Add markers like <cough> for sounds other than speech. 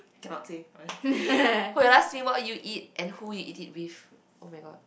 cannot say <breath> for your last meal what would you eat and who you eat it with oh-my-god